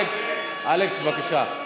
אלכס, בבקשה.